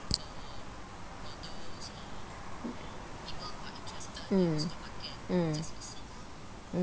mm mm mm